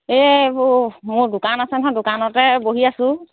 এইবোৰ মোৰ দোকান আছে নহয় দোকানতে বহি আছোঁ